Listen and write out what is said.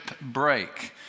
break